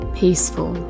peaceful